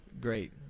great